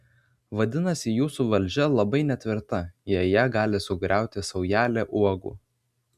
vadinasi jūsų valdžia labai netvirta jei ją gali sugriauti saujelė uogų